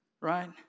Right